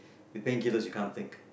with painkillers you can't think